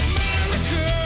America